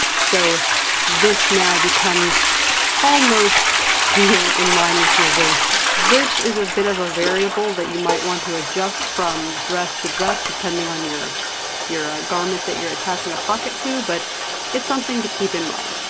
so this now becomes almost in line with your waist. this is a bit of a variable that you might want to adjust from dress to dress, depending on your your garment that you're attaching a pocket to, but it's something to keep in mind.